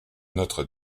notre